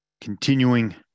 Continuing